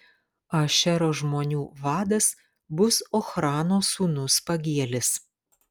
ašero žmonių vadas bus ochrano sūnus pagielis